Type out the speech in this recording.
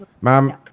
Ma'am